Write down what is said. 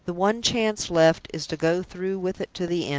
the one chance left is to go through with it to the end.